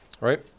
Right